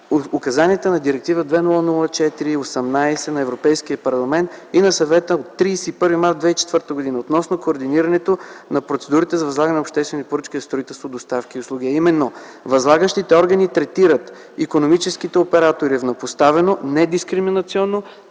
указанията на Директива 2004/18 на Европейския парламент и на Съвета от 31 март 2004 г. относно координирането на процедурите за възлагане на обществени поръчки за строителство, доставки и услуги, а именно възлагащите органи третират икономическите оператори еднопоставено, недискриминационно